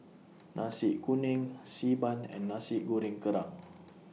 Nasi Kuning Xi Ban and Nasi Goreng Kerang